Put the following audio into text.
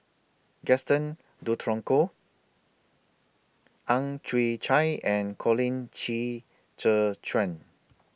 Gaston Dutronquoy Ang Chwee Chai and Colin Qi Zhe Quan